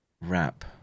wrap